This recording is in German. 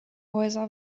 häuser